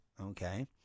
okay